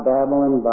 Babylon